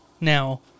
Now